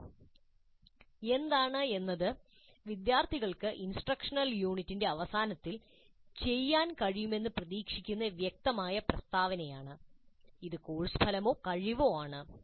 "എന്താണ്" എന്നത് വിദ്യാർത്ഥികൾക്ക് ഇൻസ്ട്രക്ഷണൽ യൂണിറ്റിന്റെ അവസാനത്തിൽ ചെയ്യാൻ കഴിയുമെന്ന് പ്രതീക്ഷിക്കുന്നതിന്റെ വ്യക്തമായ പ്രസ്താവനയാണ് അത് കോഴ്സ് ഫലമോ കഴിവോ ആണ്